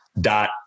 dot